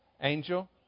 angel